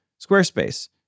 Squarespace